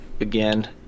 again